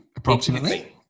Approximately